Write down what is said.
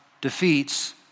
defeats